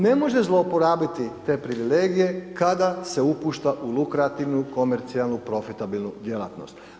Ne može zlouporabiti te privilegije kada se upušta u lukrativnu, komercijalnu, profitabilnu djelatnost.